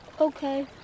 Okay